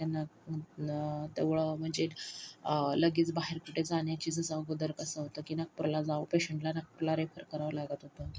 त्यांना तेवढं म्हणजे लगेच बाहेर कुठे जाण्याची जसं अगोदर कसं होतं की नागपूरला जा ऑपरेशनला नागपूरला रेफर करावं लागत होतं